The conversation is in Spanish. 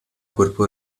cuerpo